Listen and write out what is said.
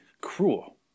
cruel